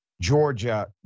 Georgia